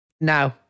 No